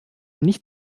nicht